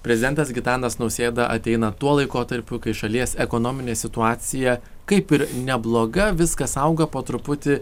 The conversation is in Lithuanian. prezidentas gitanas nausėda ateina tuo laikotarpiu kai šalies ekonominė situacija kaip ir nebloga viskas auga po truputį